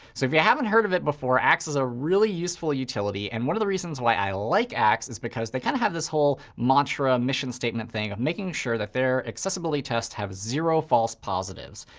so if you yeah haven't heard of it before, axe is a really useful utility. and one of the reasons why i like axe is because they kind of have this whole mantra, mission statement thing of making sure that their accessibility tests have zero false positives,